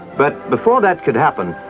but before that could happen,